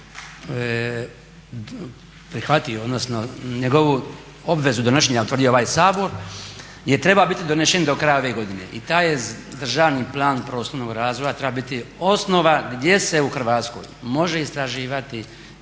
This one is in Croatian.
prihvatio, odnosno njegovu obvezu donošenja utvrdio ovaj Sabor je trebao biti donesen do kraja ove godine. I taj je državni plan prostornog razvoja treba biti osnova gdje se u Hrvatskoj može istraživati